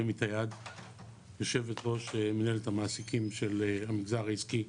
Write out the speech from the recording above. יו"ר מינהלת המעסיקים של המגזר העסקי,